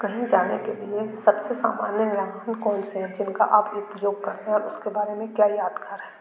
कहीं जाने के लिए सब से सामान्य वाहन कौन से हैं जिनका आप उपयोग करते हैं उसके बारे में क्या यादगार है